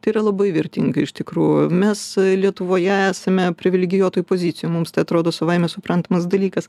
tai yra labai vertinga iš tikrųjų mes lietuvoje esame privilegijuotoj pozicijoj mums atrodo savaime suprantamas dalykas